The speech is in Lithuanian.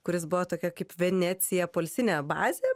kuris buvo tokia kaip venecija poilsinė bazė